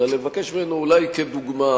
אלא לבקש ממנו אולי כדוגמה,